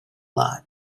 lot